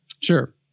Sure